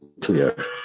clear